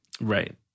Right